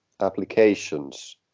applications